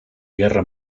guerra